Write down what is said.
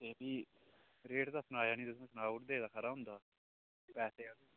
फ्ही बी रेट तां सुनाया नीं तुसें सुनाई ओड़दे हे ते खरा रौंह्दा हा